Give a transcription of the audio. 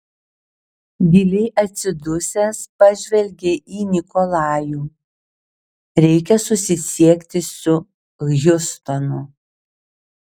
giliai atsidusęs pažvelgė į nikolajų reikia susisiekti su hjustonu